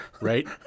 Right